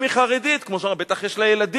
אם היא חרדית, כמו שהוא אמר, בטח יש לה ילדים.